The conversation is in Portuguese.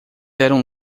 eram